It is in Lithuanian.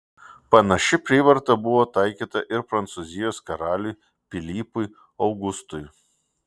panaši prievarta buvo taikyta ir prancūzijos karaliui pilypui augustui